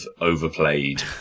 overplayed